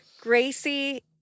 Gracie